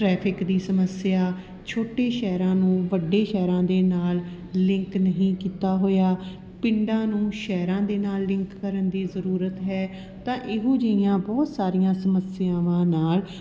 traffic ਦੀ ਸਮੱਸਿਆ ਛੋਟੇ ਸ਼ਹਿਰਾਂ ਨੂੰ ਵੱਡੇ ਸ਼ਹਿਰਾਂ ਦੇ ਨਾਲ਼ ਲਿੰਕ ਨਹੀਂ ਕੀਤਾ ਹੋਇਆ ਪਿੰਡਾਂ ਨੂੰ ਸ਼ਹਿਰਾਂ ਦੇ ਨਾਲ਼ ਲਿੰਕ ਕਰਨ ਦੀ ਜ਼ਰੂਰਤ ਹੈ ਤਾਂ ਇਹੋ ਜਿਹੀਆਂ ਬਹੁਤ ਸਾਰੀਆਂ ਸਮੱਸਿਆਵਾਂ ਨਾਲ਼